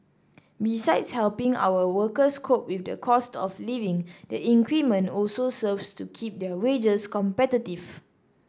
besides helping our workers cope with the cost of living the increment also serves to keep their wages competitive